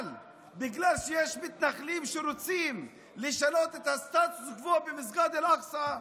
אבל בגלל שיש מתנחלים שרוצים לשנות את הסטטוס קוו במסגד אל-אקצא,